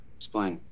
explain